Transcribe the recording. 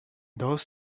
those